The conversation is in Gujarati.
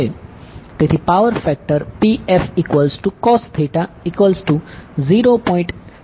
તેથી પાવર ફેક્ટર pfcos 0